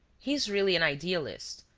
he is really an idealist,